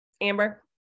Amber